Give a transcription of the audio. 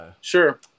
Sure